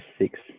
six